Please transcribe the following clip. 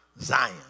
Zion